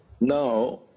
Now